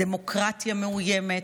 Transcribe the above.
הדמוקרטיה מאוימת,